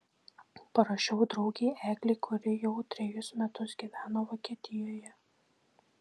parašiau draugei eglei kuri jau trejus metus gyveno vokietijoje